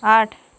आठ